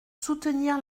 soutenir